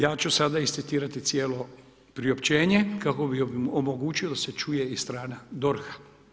Ja ću sada iscitirati cijelo priopćenje kako bi omogućio da se čuje i strana DORH-a.